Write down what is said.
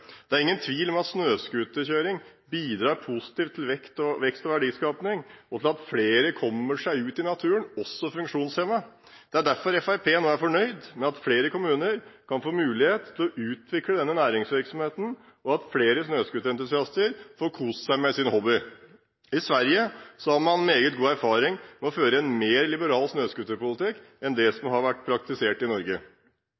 Det er ingen tvil om at snøscooterkjøring bidrar positivt til vekst og verdiskaping, og til at flere kommer seg ut i naturen, også funksjonshemmede. Det er derfor Fremskrittspartiet nå er fornøyd med at flere kommuner kan få mulighet til å utvikle denne næringsvirksomheten, og at flere snøscooterentusiaster får kost seg med sin hobby. I Sverige har man meget god erfaring med å føre en mer liberal snøscooterpolitikk enn det